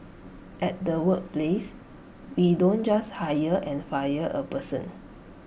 at the workplace we don't just hire and fire A person